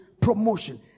promotion